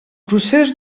procés